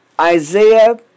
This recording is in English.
Isaiah